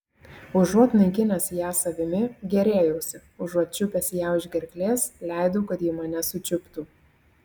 užuot naikinęs ją savimi gėrėjausi užuot čiupęs ją už gerklės leidau kad ji mane sučiuptų